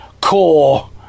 core